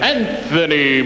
Anthony